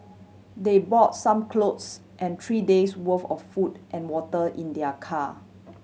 they bought some clothes and three days' worth of food and water in their car